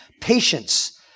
patience